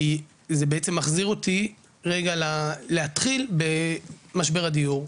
כי זה בעצם מחזיר אותי רגע להתחיל במשבר הדיור,